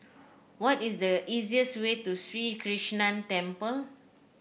what is the easiest way to Sri Krishnan Temple